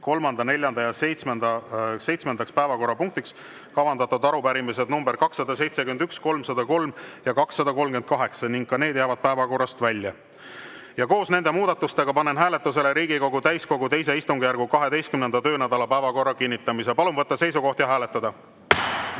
kolmandaks, neljandaks ja seitsmendaks päevakorrapunktiks kavandatud arupärimised nr 271, 303 ja 238, ka need jäävad päevakorrast välja. Koos nende muudatustega panen hääletusele Riigikogu täiskogu II istungjärgu 12. töönädala päevakorra kinnitamise. Palun võtta seisukoht ja hääletada!